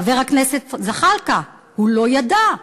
חבר הכנסת זחאלקה, הוא לא ידע,